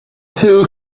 two